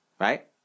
right